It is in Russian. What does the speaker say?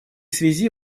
связи